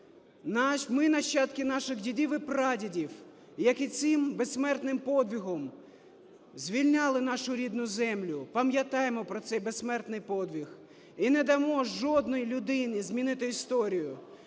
ми – нащадки наших дідів і прадідів, які цим безсмертним подвигом звільняли нашу рідну землю. Пам'ятаймо про цей безсмертний подвиг. І не дамо жодній людині змінити історію,